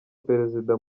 perezida